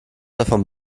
davon